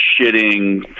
shitting